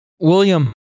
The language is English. William